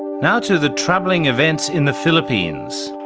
now to the troubling events in the philippines.